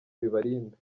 bibarinda